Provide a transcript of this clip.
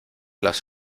las